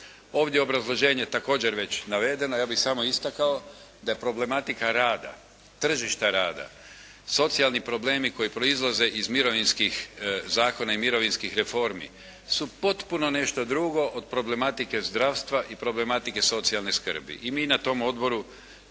Ovdje obrazloženje također već navedeno, ja bih samo istakao da je problematika rada, tržišta rada, socijalni problemi koji proizlaze iz mirovinskih zakona i mirovinskih reformi su potpuno nešto drugo od problematike zdravstva i problematike socijalne skrbi. I mi na tom odboru